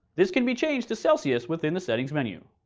this can be changed to celsius within the settings menu.